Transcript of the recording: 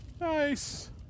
Nice